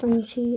पक्षी